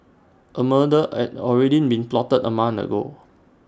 A murder had already been plotted A month ago